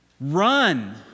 Run